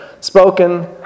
spoken